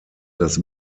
das